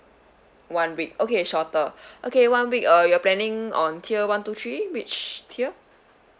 one week okay shorter okay one week uh you're planning on tier one two three which tier